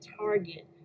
target